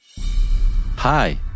Hi